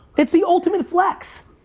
it's the ultimate flex.